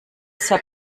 sehr